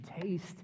taste